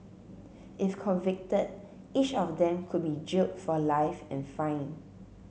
if convicted each of them could be jailed for life and fine